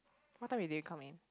what time did they come in